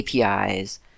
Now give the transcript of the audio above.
APIs